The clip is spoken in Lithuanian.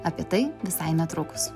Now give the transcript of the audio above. apie tai visai netrukus